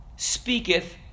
Speaketh